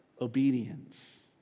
Obedience